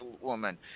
woman